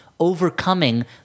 Overcoming